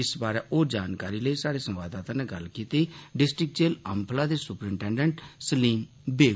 इस बारे होर जानकारी लेई साढ़े संवाददाता नै गल्ल कीती district jail Amphalla superintendent Salim bag